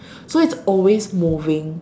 so it's always moving